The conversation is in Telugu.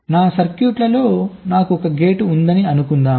నా సర్క్యూట్లో నాకు ఒక గేట్ ఉందని అనుకుందాం